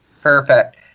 Perfect